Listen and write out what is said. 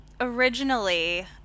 originally